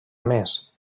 més